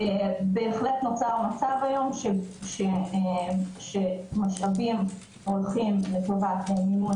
בהחלט נוצר מצב היום שמשאבים הולכים לטובת מימון